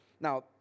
Now